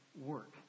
work